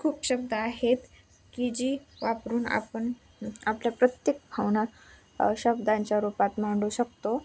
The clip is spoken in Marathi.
खूप शब्द आहेत की जी वापरून आपण आपल्या प्रत्येक भावना शब्दांच्या रूपात मांडू शकतो